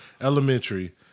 Elementary